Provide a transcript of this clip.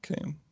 Okay